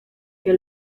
que